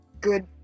good